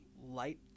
light